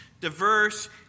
diverse